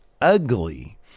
ugly